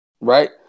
right